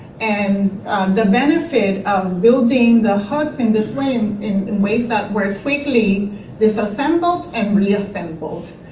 and the benefit of building the huts in this way, um in in ways that were quickly disassembled and reassembled.